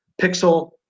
pixel